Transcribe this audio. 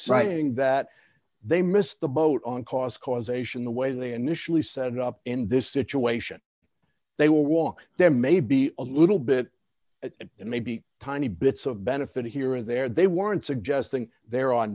saying that they missed the boat on cost causation the way they initially set it up in this situation they will walk them maybe a little bit and maybe tiny bits of benefit here or there they weren't suggesting there are